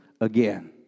again